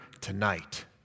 tonight